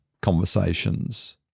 conversations